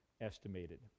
estimated